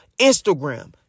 Instagram